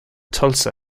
tulsa